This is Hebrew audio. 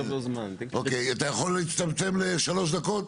אתה יכול להצטמצם לשלוש דקות?